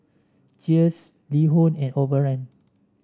Cheers LiHo and Overrun